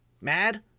mad